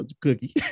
cookie